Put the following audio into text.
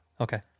Okay